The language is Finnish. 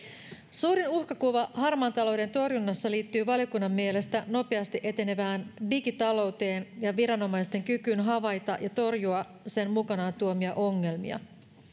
suurin uhkakuva harmaan talouden torjunnassa liittyy valiokunnan mielestä nopeasti etenevään digitalouteen ja viranomaisten kykyyn havaita ja torjua sen mukanaan tuomia ongelmia